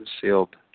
sealed